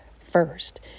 first